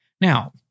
Now